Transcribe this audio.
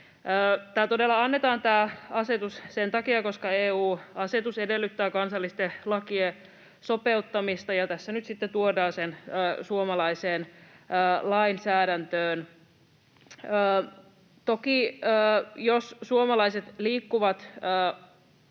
Tämä asetus todella annetaan sen takia, koska EU-asetus edellyttää kansallisten lakien sopeuttamista, ja tässä nyt sitten tuodaan se suomalaiseen lainsäädäntöön. Toki, jos suomalaiset liikkuvat